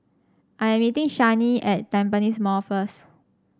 I am meeting Shani at Tampines Mall first